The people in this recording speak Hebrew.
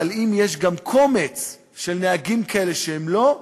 אבל אם יש גם קומץ של נהגים שהם לא,